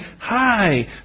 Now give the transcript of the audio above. hi